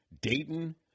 Dayton